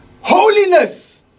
Holiness